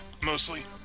mostly